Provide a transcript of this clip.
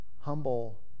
humble